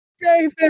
David